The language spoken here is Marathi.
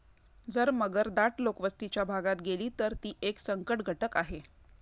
जर मगर दाट लोकवस्तीच्या भागात गेली, तर ती एक संकटघटक आहे